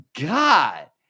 God